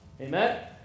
Amen